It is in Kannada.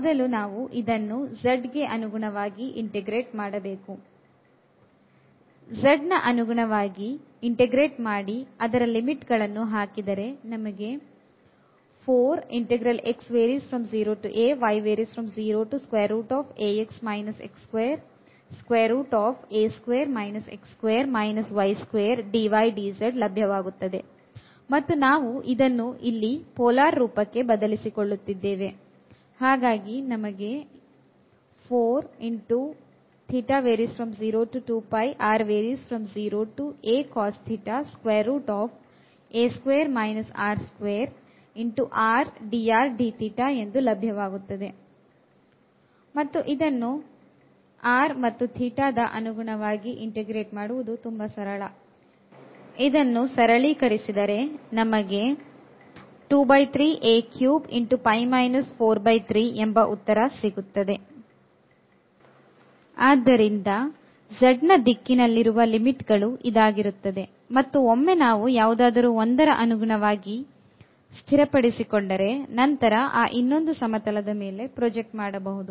ಮೊದಲು ನಾವು z ನ ಲಿಮಿಟ್ ಗಳನ್ನು ಹಾಕುತ್ತೇನೆ ಆದ್ದರಿಂದ z ನ ದಿಕ್ಕಿನಲ್ಲಿರುವ ಲಿಮಿಟ್ ಗಳು ಇದಾಗಿರುತ್ತದೆ ಮತ್ತು ಒಮ್ಮೆ ನಾವುಯಾವುದಾದರೂ ಒಂದರ ಅನುಗುಣವಾಗಿ ಸ್ಥಿರಪಡಿಸಿಕೊಂಡರೆ ನಂತರ ಆ ಇನ್ನೊಂದು ಸಮತಲದ ಮೇಲೆ ಪ್ರಜೆಕ್ಟ್ ಮಾಡಬಹುದು